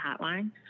Hotline